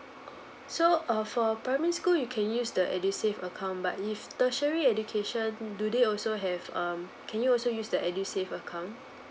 so uh for primary school you can use the edusave account but if tertiary education do they also have um can you also use the edusave account